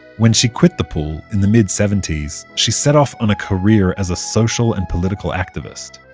when she quit the pool, in the mid-seventies, she set off on a career as a social and political activist.